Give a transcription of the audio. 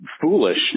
foolish